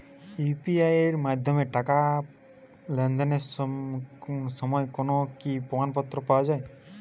UPI এর মাধ্যমে টাকা লেনদেনের কোন কি প্রমাণপত্র পাওয়া য়ায়?